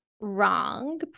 wrong